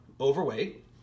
overweight